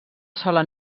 sola